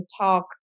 talk